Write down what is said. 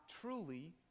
truly